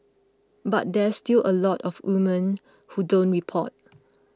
but there's still a lot of women who don't report